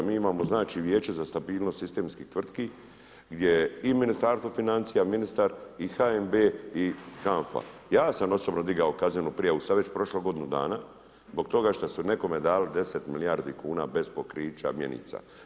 Mi imamo Vijeće za stabilnost sistemskih tvrtki gdje i Ministarstvo financija i ministar i HNB i HANFA, ja sam osobno digao kaznenu prijavu, sada je već prošlo godinu dana zbog toga što su nekome dali 10 milijardi kuna bez pokrića mjenica.